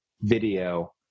video